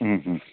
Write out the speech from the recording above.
हं हं